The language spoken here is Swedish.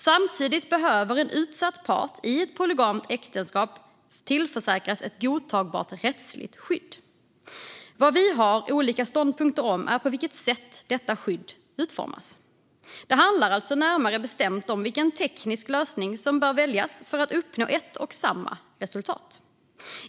Samtidigt behöver en utsatt part i ett polygamt äktenskap tillförsäkras ett godtagbart rättsligt skydd. Vad vi har olika ståndpunkter om är på vilket sätt detta skydd ska utformas. Det handlar alltså närmare bestämt om vilken teknisk lösning som bör väljas för att uppnå ett och samma resultat.